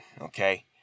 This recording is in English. okay